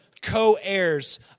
co-heirs